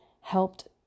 helped